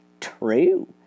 True